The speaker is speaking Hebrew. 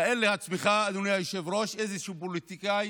תאר לעצמך, אדוני היושב-ראש, שאיזשהו פוליטיקאי,